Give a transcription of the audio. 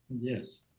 Yes